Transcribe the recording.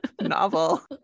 novel